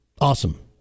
awesome